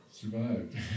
Survived